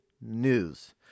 news